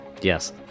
Yes